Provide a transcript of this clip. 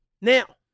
Now